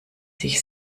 sich